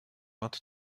vingt